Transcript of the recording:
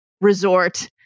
resort